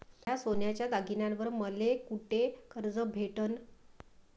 माया सोन्याच्या दागिन्यांइवर मले कुठे कर्ज भेटन?